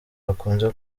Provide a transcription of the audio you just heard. bakunze